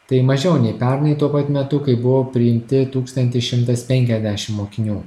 tai mažiau nei pernai tuo pat metu kai buvo priimti tūkstantis šimtas penkiasdešim mokinių